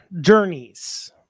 journeys